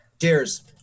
cheers